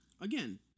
Again